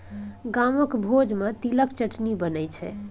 गामक भोज मे तिलक चटनी बनै छै